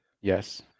Yes